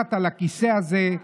בנחת על הכיסא הזה.